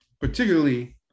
particularly